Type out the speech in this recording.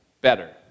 better